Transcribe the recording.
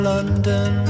London